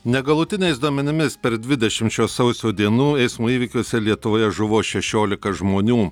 negalutiniais duomenimis per dvidešimt šio sausio dienų eismo įvykiuose lietuvoje žuvo šešiolika žmonių